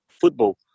football